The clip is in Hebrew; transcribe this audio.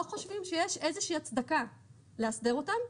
חושבים שיש איזושהי הצדקה לאסדר אותם,